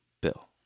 Bill